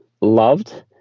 loved